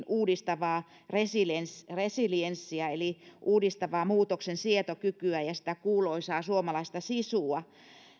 uudistavaa resilienssiä resilienssiä eli uudistavaa muutoksensietokykyä ja sitä kuuluisaa suomalaista sisua